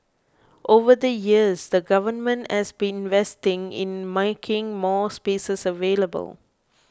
over the years the Government has been investing in making more spaces available